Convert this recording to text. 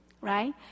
right